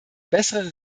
bessere